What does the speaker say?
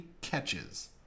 catches